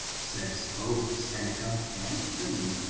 says both seneca and pliny,